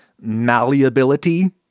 malleability